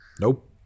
Nope